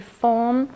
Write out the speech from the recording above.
form